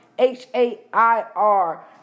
H-A-I-R